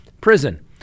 prison